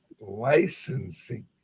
licensing